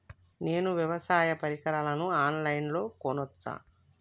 నేను వ్యవసాయ పరికరాలను ఆన్ లైన్ లో కొనచ్చా?